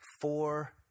four